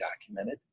documented